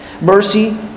Mercy